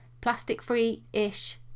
Plastic-free-ish